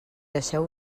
deixeu